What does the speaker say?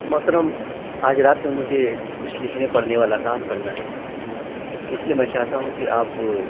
محترم آج رات میں مجھے کچھ لکھنے پڑھنے والا کام کرنا ہے اس لیے میں چاہتا ہوں کہ آپ